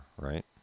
right